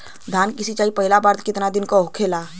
धान के सिचाई पहिला बार कितना दिन पे होखेला?